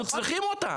אנחנו צריכים אותם.